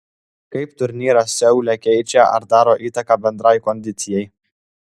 kaip turnyras seule keičia ar daro įtaką bendrai kondicijai